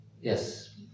Yes